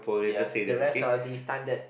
ya the rest are the standard